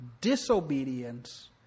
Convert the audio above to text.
disobedience